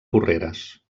porreres